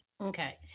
Okay